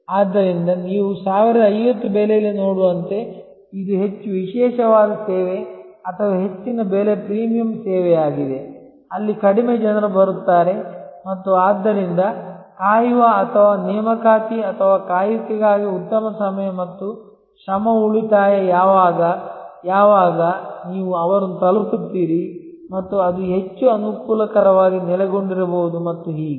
ಆದ್ದರಿಂದ ನೀವು 1050 ಬೆಲೆಯಲ್ಲಿ ನೋಡುವಂತೆ ಇದು ಹೆಚ್ಚು ವಿಶೇಷವಾದ ಸೇವೆ ಅಥವಾ ಹೆಚ್ಚಿನ ಬೆಲೆ ಪ್ರೀಮಿಯಂ ಸೇವೆಯಾಗಿದೆ ಅಲ್ಲಿ ಕಡಿಮೆ ಜನರು ಬರುತ್ತಾರೆ ಮತ್ತು ಆದ್ದರಿಂದ ಕಾಯುವ ಅಥವಾ ನೇಮಕಾತಿ ಅಥವಾ ಕಾಯುವಿಕೆಗಾಗಿ ಉತ್ತಮ ಸಮಯ ಮತ್ತು ಶ್ರಮ ಉಳಿತಾಯ ಯಾವಾಗ ಯಾವಾಗ ನೀವು ಅವರನ್ನು ತಲುಪುತ್ತೀರಿ ಮತ್ತು ಅದು ಹೆಚ್ಚು ಅನುಕೂಲಕರವಾಗಿ ನೆಲೆಗೊಂಡಿರಬಹುದು ಮತ್ತು ಹೀಗೆ